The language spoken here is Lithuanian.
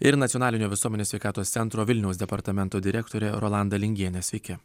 ir nacionalinio visuomenės sveikatos centro vilniaus departamento direktorė rolanda lingienė sveiki